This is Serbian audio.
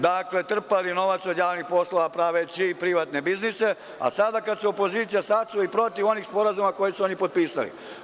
Dakle, trpali novac od javnih poslova praveći privatne biznise, a sada kad su opozicija, sad su protiv onih sporazuma koji su oni potpisali.